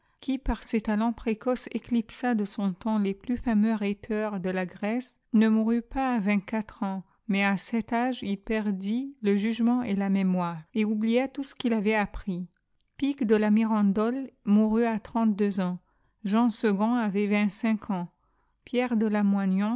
qui car se takns précoces éclipsa de son lemps les plus fameux rhéleu i s e la grèce ne mourut pas k vîngt quatre ans mais à cet ôge il perdu le jugement et la mémoire et oublia tout çe qîi'ij ayail ajiprî piq de la